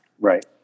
Right